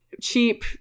cheap